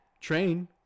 Train